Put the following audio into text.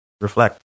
reflect